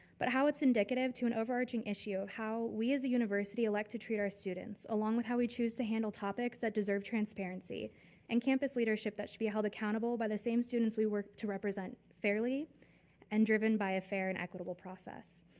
but how it's indicative to an overarching issue how we as a university like to treat our students along with how we choose to handle topics that deserve transparency and campus leadership that should be held accountable by the same student we work to represent fairly and driven by a fair and equitable process.